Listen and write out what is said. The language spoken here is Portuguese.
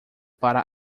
para